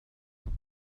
tuk